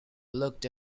looked